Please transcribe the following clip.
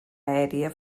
aèria